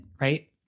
right